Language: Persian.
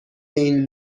این